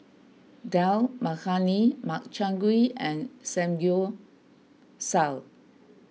Dal Makhani Makchang Gui and Samgyeopsal